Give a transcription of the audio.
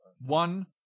One